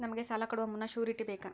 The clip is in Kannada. ನಮಗೆ ಸಾಲ ಕೊಡುವ ಮುನ್ನ ಶ್ಯೂರುಟಿ ಬೇಕಾ?